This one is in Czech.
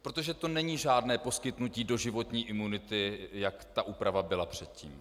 Protože to není žádné poskytnutí doživotní imunity, jak ta úprava byla předtím.